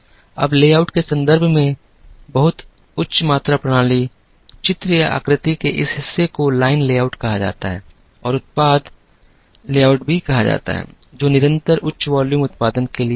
अब लेआउट के संदर्भ में बहुत उच्च मात्रा प्रणाली चित्र या आकृति के इस हिस्से को लाइन लेआउट कहा जाता है और इसे उत्पाद लेआउट भी कहा जाता है जो निरंतर उच्च वॉल्यूम उत्पादन के लिए था